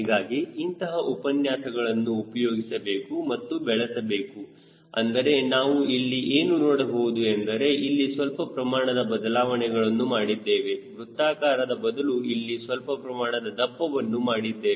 ಹೀಗಾಗಿ ಇಂತಹ ಉಪಾಯಗಳನ್ನು ಉಪಯೋಗಿಸಬೇಕು ಮತ್ತು ಬೆಳೆಸಬಹುದು ಅಂದರೆ ನಾವು ಇಲ್ಲಿ ಏನು ನೋಡಬಹುದು ಎಂದರೆ ಇಲ್ಲಿ ಸ್ವಲ್ಪ ಪ್ರಮಾಣದ ಬದಲಾವಣೆಗಳನ್ನು ಮಾಡಿದ್ದೇವೆ ವೃತ್ತಾಕಾರದ ಬದಲು ಇಲ್ಲಿ ಸ್ವಲ್ಪ ಪ್ರಮಾಣದ ದಪ್ಪವನ್ನು ಮಾಡಿದ್ದೇವೆ